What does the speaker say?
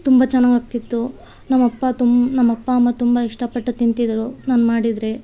ತುಂಬ ಚೆನ್ನಾಗ್ ಆಗ್ತಿತ್ತು ನಮ್ಮ ಅಪ್ಪ ತುಂಬ ನಮ್ಮ ಅಪ್ಪ ಅಮ್ಮ ತುಂಬ ಇಷ್ಟ ಪಟ್ಟು ತಿಂತಿದ್ರು ನಾನು ಮಾಡಿದರೆ